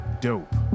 dope